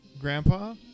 Grandpa